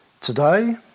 Today